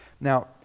Now